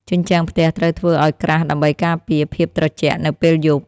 ជញ្ជាំងផ្ទះត្រូវធ្វើឱ្យក្រាស់ដើម្បីការពារភាពត្រជាក់នៅពេលយប់។